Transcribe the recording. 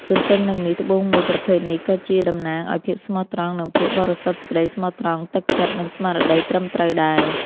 ទន្ទឹមនឹងនេះត្បូងមួយប្រភេទនេះក៏ជាតំណាងឱ្យភាពស្មោះត្រង់ និងភាពបរិសុទ្ធសេចក្ដីស្មោះត្រង់ ទឹកចិត្ត និងស្មារតីត្រឹមត្រូវដែរ។